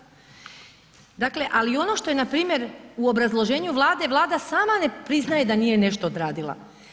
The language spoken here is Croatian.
Dakle, ali ono što je npr. u obrazloženju Vlade, Vlada sama ne priznaje da nije nešto odradila.